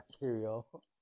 material